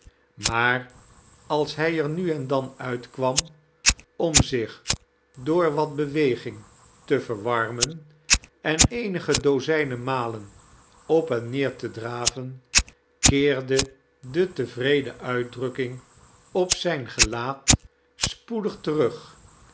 maar als hij er nu en dan uitkwam om zicih door wat beweging te verwarmen en eenige dozijnen malen op en neetr te draven keerde de tevreden uitdrukking op zijn gelaat spoedig terug